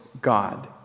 God